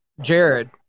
Jared